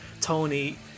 Tony